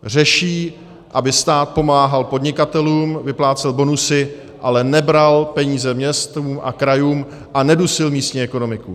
Řeší, aby stát pomáhal podnikatelům, vyplácel bonusy, ale nebral peníze městům a krajům a nedusil místní ekonomiku.